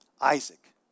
Isaac